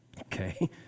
Okay